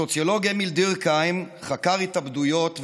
הסוציולוג אמיל דורקהיים חקר התאבדויות,